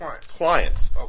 clients